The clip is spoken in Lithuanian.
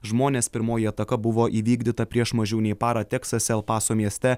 žmonės pirmoji ataka buvo įvykdyta prieš mažiau nei parą teksase el paso mieste